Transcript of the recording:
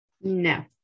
No